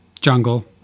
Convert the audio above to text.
Jungle